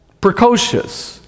Precocious